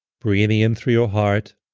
breathing in through your heart,